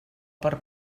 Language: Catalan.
per